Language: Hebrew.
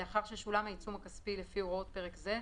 לאחר ששולם העיצום הכספי לפי הוראות פרק זה,